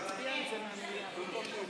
אני אגיד לך למה: מילא שהליכוד לא פה,